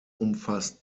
umfasst